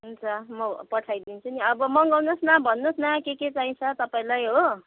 हुन्छ म पठाइदिन्छु नि अब मगाउनुहोस् न भन्नुहोस् न के के चाहिन्छ तपाईँलाई हो